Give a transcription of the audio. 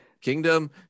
kingdom